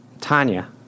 Tanya